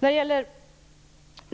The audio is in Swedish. När